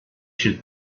should